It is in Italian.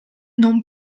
non